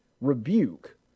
rebuke